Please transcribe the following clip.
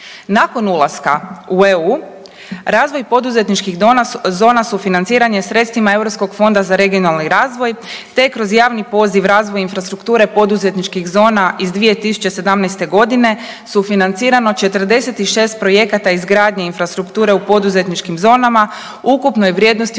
Nakon ulaska u EU razvoj poduzetničkih zona sufinanciran je sredstvima europskog fonda za regionalni razvoj te je kroz javni poziv razvoj infrastrukture poduzetničkih zona iz 2017. godine sufinancirano 46 projekata izgradnje infrastrukture u poduzetničkim zonama ukupne vrijednosti